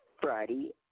Friday